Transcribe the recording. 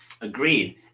Agreed